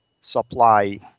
supply